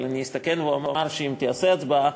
אבל אני אסתכן ואומר שאם תיעשה הצבעה,